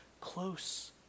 close